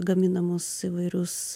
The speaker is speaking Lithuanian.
gaminamus įvairius